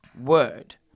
word